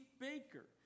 baker